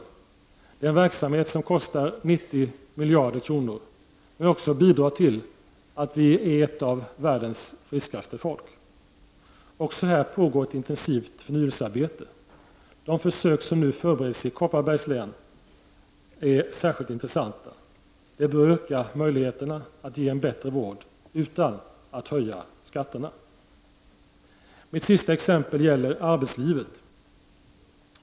Det är en verksamhet som kostar 90 miljarder kronor, men som också bidrar till att vi är ett av världens friskaste folk! Också här pågår ett intensivt förnyelsearbete. De försök som nu förbereds i Kopparbergs län är särskilt intressanta. Det bör öka möjligheterna att ge en bättre vård — utan att höja skatterna. — Mitt sista exempel gäller arbetslivet.